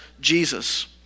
Jesus